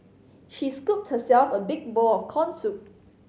she scooped herself a big bowl of corn soup